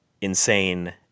insane